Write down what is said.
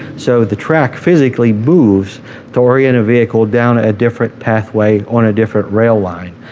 so the track physically moves to orient a vehicle down a different pathway on a different rail line.